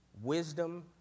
Wisdom